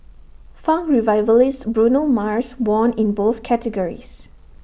funk revivalist Bruno Mars won in both categories